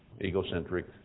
egocentric